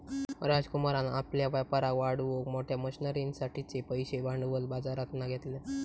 राजकुमारान आपल्या व्यापाराक वाढवूक मोठ्या मशनरींसाठिचे पैशे भांडवल बाजरातना घेतल्यान